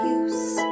use